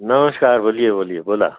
नमष्कार बोलिये बोलिये बोला